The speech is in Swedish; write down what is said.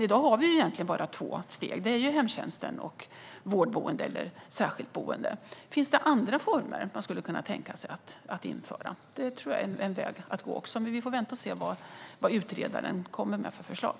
I dag har vi egentligen bara två steg, dels hemtjänsten, dels vårdboende eller särskilt boende. Det kan finnas andra former som man kan tänka sig att införa. Det tror jag är en väg att gå, men vi får vänta och se vad utredaren kommer med för förslag.